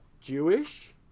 Jewish